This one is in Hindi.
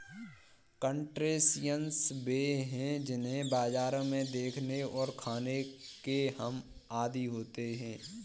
क्रस्टेशियंस वे हैं जिन्हें बाजारों में देखने और खाने के हम आदी होते हैं